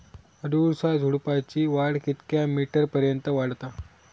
अडुळसा झुडूपाची वाढ कितक्या मीटर पर्यंत वाढता?